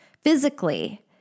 physically